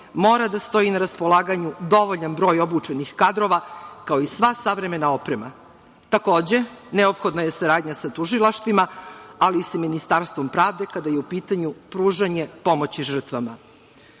mora da stoji na raspolaganju dovoljan broj obučenih kadrova, kao i sva savremena oprema. Takođe, neophodna je saradnja sa tužilaštvima, ali i sa Ministarstvom pravde kada je u pitanju pružanje pomoći žrtvama.